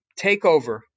takeover